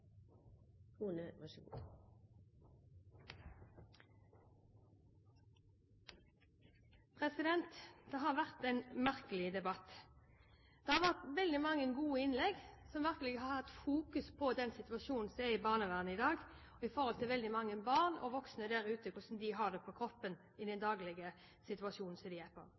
vårt samfunn. Så det er en henstilling til statsråden om ikke å glemme de barna. Dette har vært en merkelig debatt. Det har vært veldig mange gode innlegg som virkelig har fokusert på den situasjonen som barnevernet er i i dag, og hvordan veldig mange barn og voksne der ute kjenner den situasjonen de er i hver dag, på kroppen. På